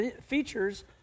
features